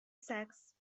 sacks